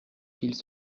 files